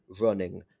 running